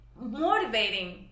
motivating